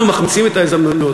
ואנחנו מחמיצים את ההזדמנויות.